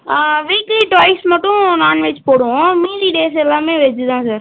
weekly twice மட்டும் non veg போடுவோம் மீதி டேஸ் எல்லாமே வெஜ்ஜு தான் சார்